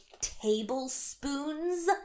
tablespoons